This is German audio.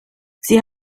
sie